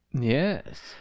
Yes